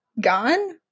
gone